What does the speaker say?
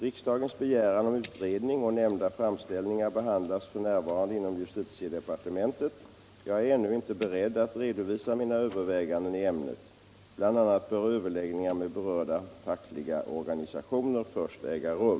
Riksdagens begäran om utredning och nämnda framställningar behandlas f.n. inom justitiedepartementet. Jag är ännu inte beredd att redovisa mina överväganden i ämnet. Bl. a. bör överläggningar med berörda fackliga organisationer först äga rum.